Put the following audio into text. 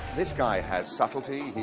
this guy has subtlety,